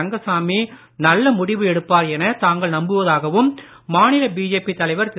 ரங்கசாமி நல்ல முடிவு எடுப்பார் என தாங்கள் நம்புவதாகவும் மாநில பிஜேபி தலைவர் திரு